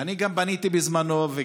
אני גם פניתי בזמנו.